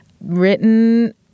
written